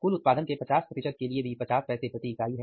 कुल उत्पादन के 50 के लिए भी पचास पैसे प्रति इकाई है